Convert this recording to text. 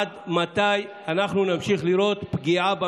עד מתי אנחנו נמשיך לראות פגיעה במשילות,